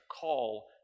call